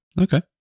Okay